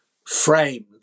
framed